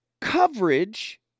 Coverage